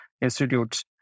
institutes